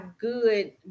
good